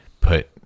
put